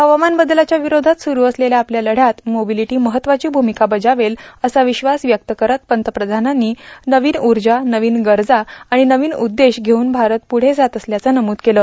हवामान बदलाच्या विरोधात सुरू असलेल्या आपल्या लढयात मोबिलिटी महत्वाची भूमिका बजावेल असा विश्वास व्यक्त करत पंतप्रधानांनी नवीन उर्जा नवीन गरजा आणि नवीन उद्देश घेऊन भारत पुढं जात असल्याचं नमूद केलं